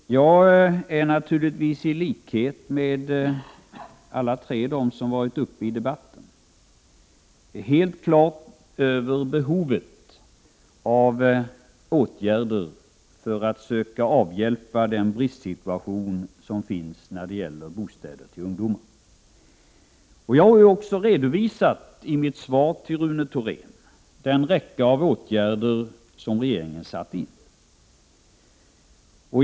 Herr talman! Jag är naturligtvis, i likhet med de andra tre talarna som varit uppe i debatten, helt klar över behovet av åtgärder för att söka avhjälpa den bristsituation som finns när det gäller bostäder till ungdomar. Jag har i mitt svar till Rune Thorén redovisat den räcka av åtgärder som regeringen har satt in.